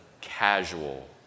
casual